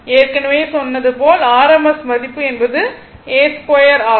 ஏற்கனவே சொன்னது போல் RMS மதிப்பு என்பது a2 ஆகும்